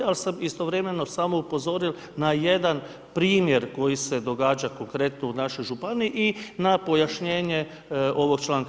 Ali, sam istovremeno samo upozorio samo na jedan primjer koji se događa konkretno u našoj županiji i na pojašnjenje ovog članka.